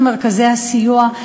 למרכזי הסיוע,